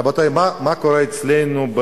רבותי, מה קורה אצלנו,